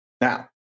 Now